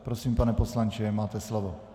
Prosím, pane poslanče, máte slovo.